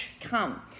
come